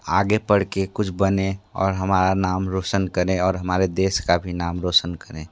आगे पढ़ के कुछ बने और हमारा नाम रोशन करें और हमारे देश का भी नाम रोशन करें